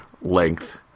length